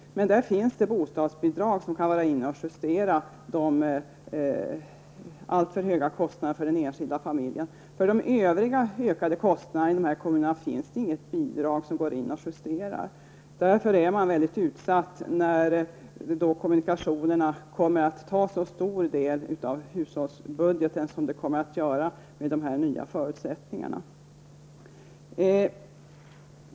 Men det finns på det området bostadsbidrag som kan justera alltför höga kostnader för den enskilda familjen. För de övriga ökade kostnaderna i kommunerna finns inget bidrag som går in och justerar. Man är därför mycket utsatt när kostnaden för kommunikationerna kommer att ta så stor del av hushållsbudgeten som den kommer att göra med dessa nya förutsättningar.